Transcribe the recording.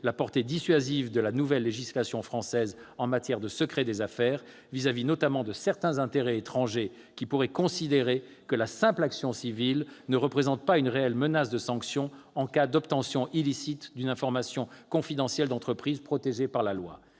la portée dissuasive de la nouvelle législation française en matière de secret des affaires, à l'égard notamment de certains intérêts étrangers qui pourraient considérer que la simple action civile ne représente pas une réelle menace de sanction en cas d'obtention illicite d'une information confidentielle d'entreprise protégée par la loi.